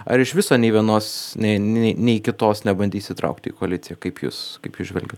ar iš viso nei vienos ne nei kitos nebandys įtraukti į koaliciją kaip jus kaip jūs žvelgiat